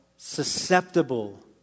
susceptible